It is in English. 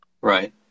Right